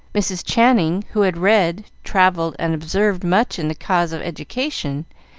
mrs. channing, who had read, travelled, and observed much in the cause of education,